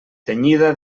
tenyida